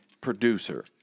producer